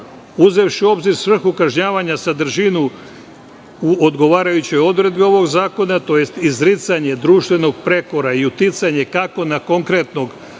uzevši u obzir svrhu kažnjavanja, sadržinu u odgovarajućoj odredbi ovog zakona, tj. izricanje društvenog prekora i uticanje kako na konkretnog